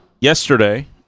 yesterday